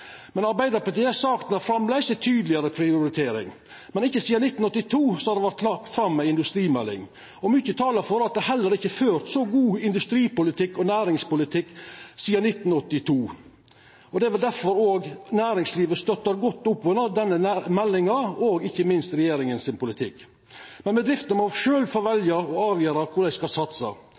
Men ikkje sidan 1982 har det vore lagt fram ei industrimelding, og mykje talar for at det heller ikkje er ført så god industripolitikk og næringspolitikk sidan 1982. Det er vel difor òg næringslivet støttar godt opp om denne meldinga – og ikkje minst om politikken til regjeringa. Men bedrifter må sjølve få velja og avgjera kvar dei skal satsa.